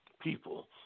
people